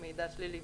מידע שלילי,